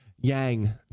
yang